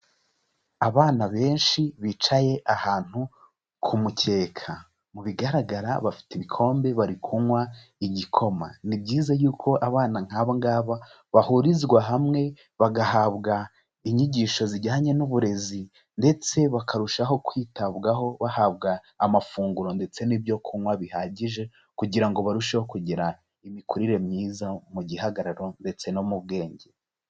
Abana benshi bicaye ahantu ku mukeka, mu bigaragara bafite ibikombe bari kunywa igikoma, ni byiza yuko abana nk'aba ngaba bahurizwa hamwe bagahabwa inyigisho zijyanye n'uburezi, ndetse bakarushaho kwitabwaho bahabwa amafunguro ndetse n'ibyo kunywa bihagije, kugira ngo barusheho kugira imikurire myiza mu gihagararo ndetse no mu bwenge.